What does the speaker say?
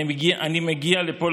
אני מגיע לפה,